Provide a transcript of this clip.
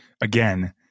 again